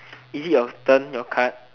is it you turn your card